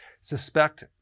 suspect